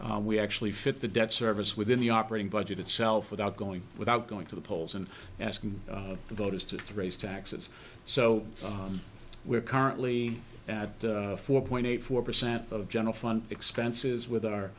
where we actually fit the debt service within the operating budget itself without going without going to the polls and asking the voters to raise taxes so we're currently at four point eight four percent of general fund expenses